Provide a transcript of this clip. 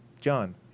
john